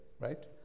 right